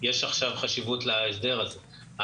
יש עכשיו חשיבות להסדר הזה.